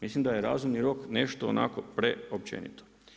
Mislim da je razumni rok nešto onako preopćenito.